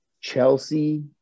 chelsea